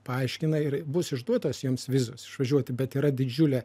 paaiškina ir bus išduotas jiems vizos išvažiuoti bet yra didžiulė